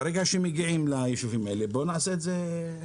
ברגע שמגיעים ליישובים האלה נעשה את זה.